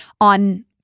on